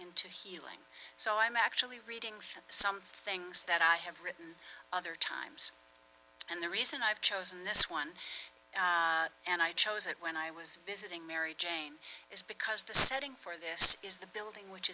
into healing so i'm actually reading some things that i have written other times and the reason i've chosen this one and i chose it when i was visiting mary jane is because the setting for this is the building which